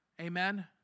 Amen